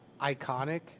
iconic